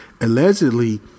allegedly